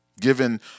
given